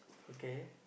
okay